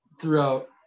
throughout